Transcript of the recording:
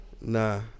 Nah